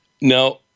Now